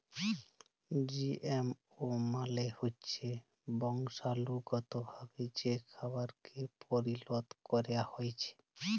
GMO মালে হচ্যে বংশালুগতভাবে যে খাবারকে পরিলত ক্যরা হ্যয়েছে